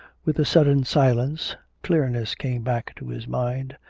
with the sudden silence, clearness came back to his mind,